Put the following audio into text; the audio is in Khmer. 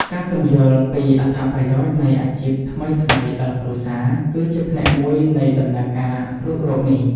ការពន្យល់ពីអត្ថប្រយោជន៍នៃអាជីពថ្មីៗដល់គ្រួសារ គឺជាផ្នែកមួយនៃដំណើរការរុករកនេះ។